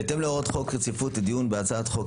בהתאם להוראות חוק רציפות הדיון בהצעות חוק,